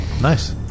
nice